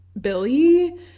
Billy